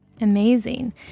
Amazing